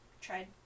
tried